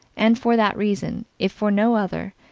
and for that reason, if for no other,